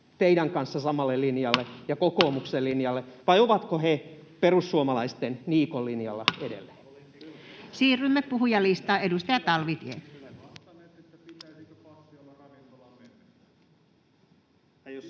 teidän kanssanne samalle linjalle ja kokoomuksen linjalle, vai ovatko he perussuomalaisten Niikon linjalla edelleen? Siirrymme puhujalistaan. — Edustaja Talvitie.